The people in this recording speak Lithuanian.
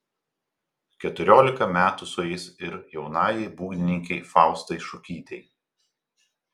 keturiolika metų sueis ir jaunajai būgnininkei faustai šukytei